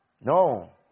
No